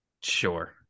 sure